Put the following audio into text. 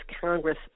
Congress